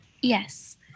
Yes